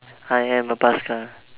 I am a paskal